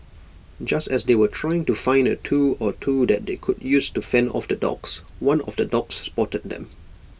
just as they were trying to find A tool or two that they could use to fend off the dogs one of the dogs spotted them